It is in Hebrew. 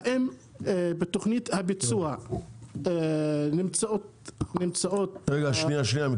האם בתוכנית הביצוע נמצאות --- רגע, שנייה.